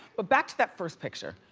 but back to that first picture.